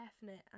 definite